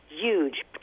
huge